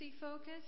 focus